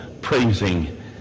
praising